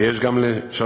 ויש גם לשבח